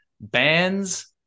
bands